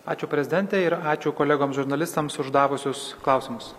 ačiū prezidente ir ačiū kolegoms žurnalistams uždavusius klausimus